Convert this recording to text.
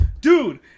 dude